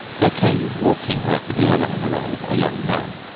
there came walking rapidly along the road a young man,